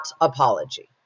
apology